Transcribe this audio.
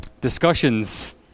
discussions